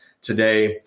today